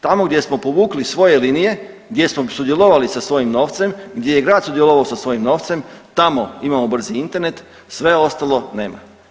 Tamo gdje smo povukli svoje linije, gdje smo sudjelovali sa svojim novcem, gdje je grad sudjelovao sa svojim novcem tamo imamo brzi internet, sve ostalo nema.